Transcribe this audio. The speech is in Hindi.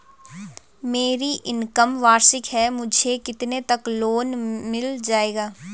मेरी इनकम वार्षिक है मुझे कितने तक लोन मिल जाएगा?